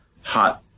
hot